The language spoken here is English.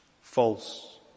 False